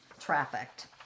trafficked